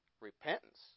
Repentance